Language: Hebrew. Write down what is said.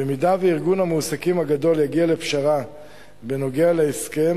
במידה שארגון המעסיקים הגדול יגיע לפשרה בנוגע להסכם,